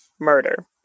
murder